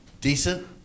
Decent